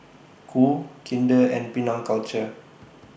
Qoo Kinder and Penang Culture